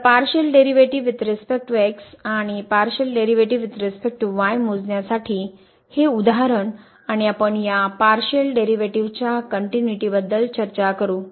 तर partial derivatives with respect to x आणि partial derivatives with respect to y मोजण्यासाठी हे उदाहरण आणि आपण या पारशिअल डेरिव्हेटिव्ह्ज च्या कनिनट्युनिटी बद्दल चर्चा करू